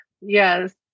yes